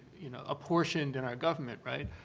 you know, apportioned in our government, right.